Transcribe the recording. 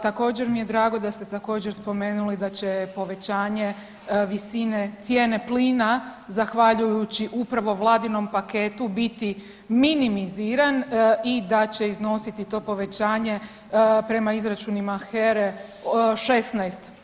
Također mi je drago da ste također spomenuli da će povećanje visine cijene plina zahvaljujući upravo vladinom paketu biti minimiziran i da će iznositi to povećanje prema izračunima HERA-e 16%